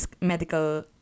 medical